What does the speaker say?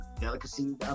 Delicacy